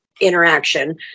interaction